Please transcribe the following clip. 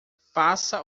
faça